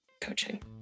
coaching